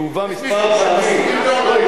היא הובאה פעמים מספר.